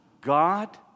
God